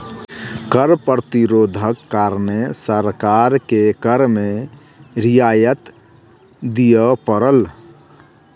कर प्रतिरोधक कारणें सरकार के कर में रियायत दिअ पड़ल